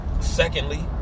Secondly